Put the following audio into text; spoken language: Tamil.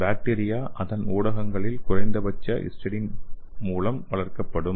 பாக்டீரியா அதன் ஊடகங்களில் குறைந்தபட்ச ஹிஸ்டைடின் மூலம் வளர்க்கப்படும்